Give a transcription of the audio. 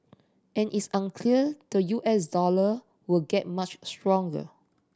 and it's unclear the U S dollar will get much stronger